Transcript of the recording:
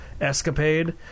escapade